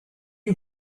you